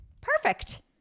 Perfect